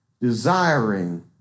desiring